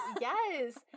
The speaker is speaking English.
Yes